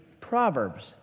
proverbs